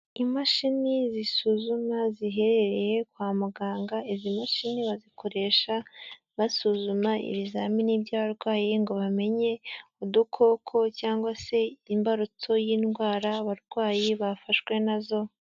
Imashini zisuzuma ziherereye kwa muganga, izi mashini bazikoresha basuzuma ibizamini by'abarwayi ngo bamenye udukoko cyangwa se imbarutso y'indwara abarwayi bafashwe nazo.